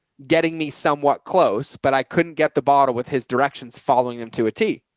getting me somewhat close, but i couldn't get the bottle with his directions, following them to a t.